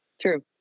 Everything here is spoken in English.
true